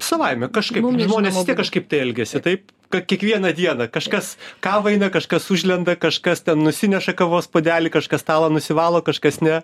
savaime kažkaip žmonės vis tiek kažkaip elgiasi taip ka kiekvieną dieną kažkas kavą eina kažkas užlenda kažkas ten nusineša kavos puodelį kažką stalą nusivalo kažkas ne